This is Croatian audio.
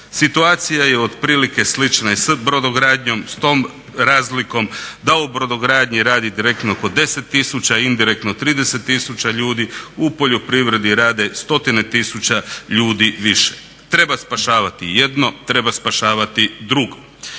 Situacija je otprilike slična i s brodogradnjom s tom razlikom da u brodogradnji radi direktno oko 10 tisuća, indirektno 30 000 ljudi. U poljoprivredi rade stotine tisuća ljudi više. Treba spašavati jedno, treba spašavati drugo.